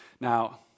Now